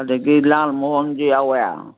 ꯑꯗꯒꯤ ꯂꯥꯜ ꯃꯣꯍꯟꯁꯨ ꯌꯥꯎꯋꯦ